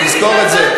תזכור את זה.